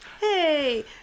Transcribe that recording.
Hey